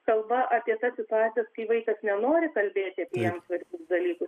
kalba apie tas situacijas kai vaikas nenori kalbėti apie jam svarbius dalykus